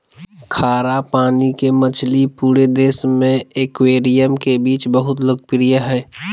खारा पानी के मछली पूरे देश में एक्वेरियम के बीच बहुत लोकप्रिय हइ